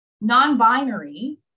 Non-binary